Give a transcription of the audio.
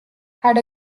had